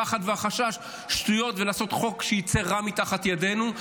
הפחד והחשש ולעשות חוק שיצא רע תחת ידינו,